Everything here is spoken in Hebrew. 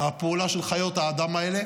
הפעולה של חיות האדם האלה,